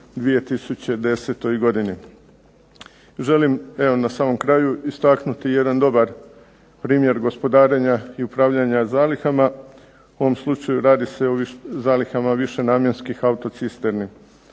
2010. godini. Želim evo na samom kraju istaknuti jedan dobar primjer gospodarenja i upravljanja zalihama. U ovom slučaju radi se o zalihama višenamjenskih autocisterni.